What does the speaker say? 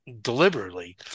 deliberately